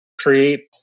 create